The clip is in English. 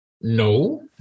No